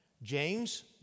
James